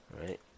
right